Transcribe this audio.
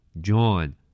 John